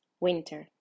Winter